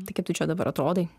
tai kaip tu čia dabar atrodai